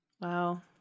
Wow